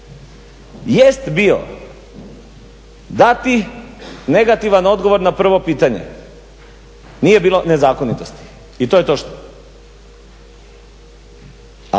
jest bio dati negativan odgovor na prvo pitanje. Nije bilo nezakonitosti. I to je točno.